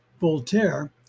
Voltaire